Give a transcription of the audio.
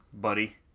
Buddy